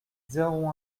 zéro